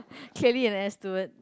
clearly an air steward